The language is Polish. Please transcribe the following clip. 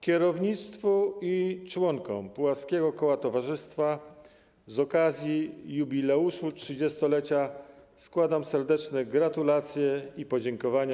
Kierownictwu i członkom Puławskiego Koła Towarzystwa z okazji jubileuszu 30-lecia składam serdeczne gratulacje i podziękowania.